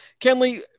Kenley